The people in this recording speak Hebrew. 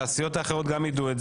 שהסיעות האחרות גם יידעו.